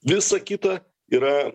visa kita yra